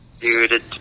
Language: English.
Dude